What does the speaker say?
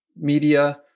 media